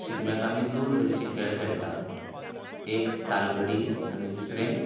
शिगम्याक आमी दोन तरेचे खेळ खेळटात एक तालगडी आनी दुसरे